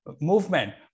Movement